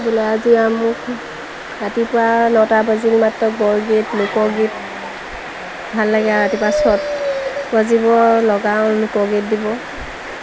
বোলে আজি মোক ৰাতিপুৱা নটা বাজি মাত্ৰ বৰগীত লোকগীত ভাল লাগে আৰু ৰাতিপুৱা চত বাজিব লগাওঁ লোকগীত দিব